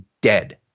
dead